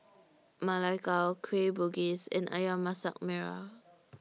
Ma Lai Gao Kueh Bugis and Ayam Masak Merah